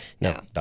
no